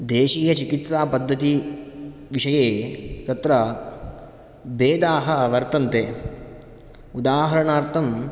देशीयचिकित्सापद्धतिविषये तत्र भेदाः वर्तन्ते उदाहरणार्थं